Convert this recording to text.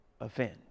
offend